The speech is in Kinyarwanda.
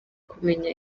kumenya